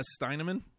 Steineman